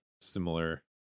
similar